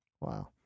Wow